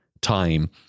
time